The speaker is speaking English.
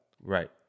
Right